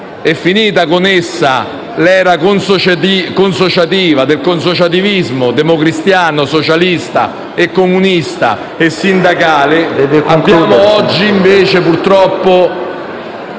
e finita con essa l'era del consociativismo democristiano, socialista, comunista e sindacale, abbiamo oggi, invece, purtroppo